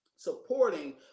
supporting